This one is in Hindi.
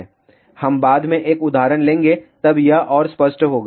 हम बाद में एक उदाहरण लेंगे तब यह और स्पष्ट होगा